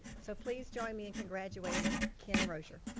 so please join me in congratulating ken rosier.